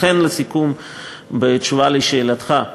לכן, לסיכום, בתשובה על שאלתך: